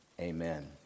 Amen